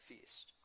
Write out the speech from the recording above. feast